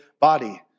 body